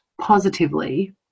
positively